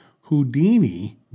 Houdini